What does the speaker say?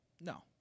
No